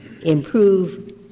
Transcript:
improve